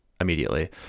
immediately